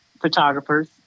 photographers